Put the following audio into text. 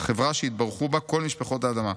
חברה שהתברכו בה כל משפחות האדמה.